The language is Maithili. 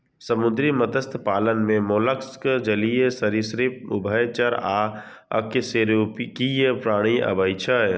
समुद्री मत्स्य पालन मे मोलस्क, जलीय सरिसृप, उभयचर आ अकशेरुकीय प्राणी आबै छै